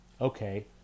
Okay